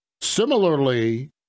Similarly